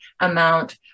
amount